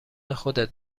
خودت